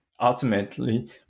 ultimately